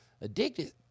Addicted